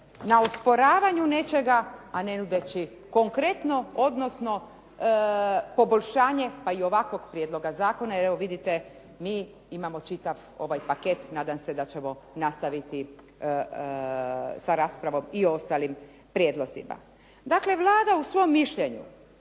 na osporavanju nečega, a ne nudeći konkretno, odnosno poboljšanje, pa i ovakvog prijedloga zakona, evo vidite, mi imamo čitav ovaj paket, nadam se da ćemo nastaviti sa raspravom i o ostalim prijedlozima. Dakle, Vlada u svom mišljenju